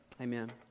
Amen